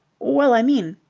well, i mean.